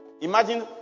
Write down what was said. imagine